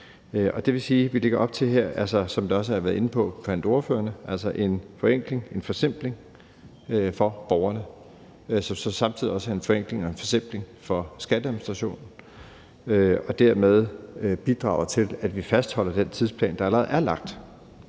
Det vil sige, at vi her, som ordførerne også har været inde på, lægger op til en forenkling for borgerne, som samtidig også er en forenkling for skatteadministrationen, og som dermed bidrager til, at vi fastholder den tidsplan, der allerede er lagt,